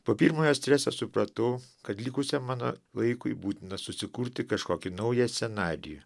po pirmojo streso supratau kad likusiam mano laikui būtina susikurti kažkokį naują scenarijų